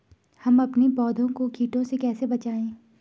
हम अपने पौधों को कीटों से कैसे बचाएं?